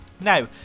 Now